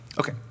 Okay